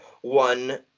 one